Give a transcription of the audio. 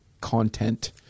content